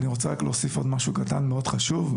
אני רוצה להוסיף עוד משהו קטן ומאוד חשוב.